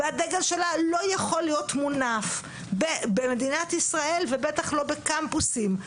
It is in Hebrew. והדגל שלה לא יכול להיות מונף במדינת ישראל ובטח לא בקמפוסים,